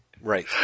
Right